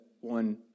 one